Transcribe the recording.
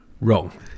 wrong